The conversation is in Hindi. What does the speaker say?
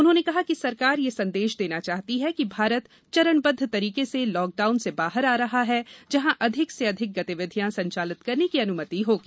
उन्होंने कहा कि सरकार यह संदेश देना चाहती है कि भारत चरणबद्ध तरीके से लॉकडाउन से बाहर आ रहा है जहां अधिक से अधिक गतिविधियां संचालित करने की अनुमति होगी